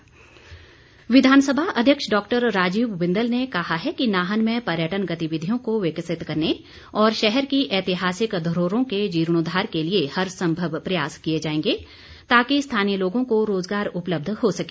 बिंदल विधानसभा अध्यक्ष डॉक्टर राजीव बिंदल ने कहा है कि नाहन में पर्यटन गतिविधियों को विकसित करने और शहर की ऐतिहासिक धरोहरों के जीर्णोद्वार के लिए हर संभव प्रयास किए जाएंगे ताकि स्थानीय लोगों को रोज़गार उपलब्ध हो सके